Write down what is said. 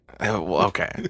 Okay